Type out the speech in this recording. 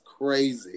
crazy